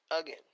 Again